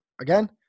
again